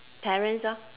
parents lor